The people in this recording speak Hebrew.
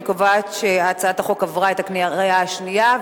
אני קובעת שהצעת החוק עברה בקריאה שנייה.